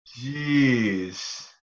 Jeez